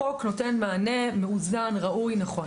החוק נותן מענה מאוזן, ראוי, נכון.